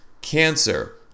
cancer